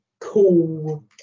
cool